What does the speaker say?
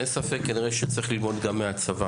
אין ספק, כנראה שצריך ללמוד גם הצבא.